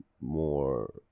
more